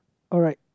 alright